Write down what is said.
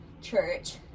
church